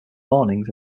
mornings